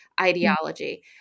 ideology